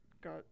got